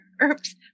herbs